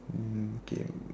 mm K